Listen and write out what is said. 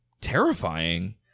terrifying